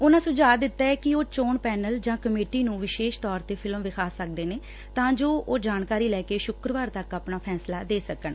ਉਨਾਂ ਸੁਝਾਅ ਦਿੱਤਾ ਕਿ ਉਹ ਚੋਣ ਪੈਨਲ ਜਾਂ ਕਮੇਟੀ ਵਿਸ਼ੇਸ਼ ਤੌਰ ਤੇ ਫਿਲਮ ਵਿਖਾ ਸਕਦੇ ਨੇ ਤਾਂ ਜੋ ਉਹ ਜਾਣਕਾਰੀ ਲੈ ਕੇ ਸੁੱਕਰਵਾਰ ਤੱਕ ਫੈਸਲਾ ਦੇ ਸਕਣ